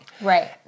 Right